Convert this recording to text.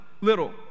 little